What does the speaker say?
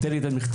תן לי את המכתב.